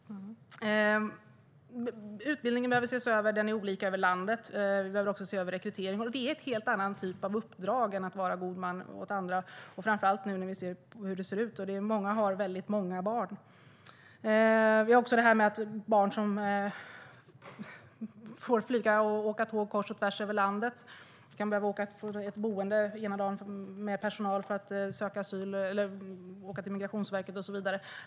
Utbildningen av gode män behöver ses över. Den är olika över landet. Vi behöver också se över rekryteringen. Detta är en helt annan typ av uppdrag än att vara god man åt andra. Vi ser nu hur det ser ut, att många är gode män åt väldigt många barn. Det finns barn som får flyga och åka tåg kors och tvärs över landet. De kan ena dagen behöva åka med personal från Migrationsverket till ett boende och andra dagen åka till Migrationsverket och så vidare.